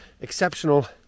Exceptional